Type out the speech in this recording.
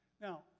Now